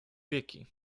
wieki